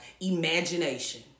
imagination